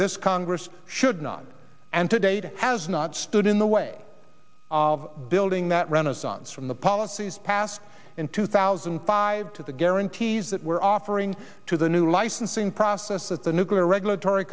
this congress should not and to date has not stood in the way of building that renaissance from the policies passed in two thousand and five to the guarantees that we're offering to the new licensing process that the nuclear regulatory